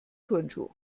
turnschuh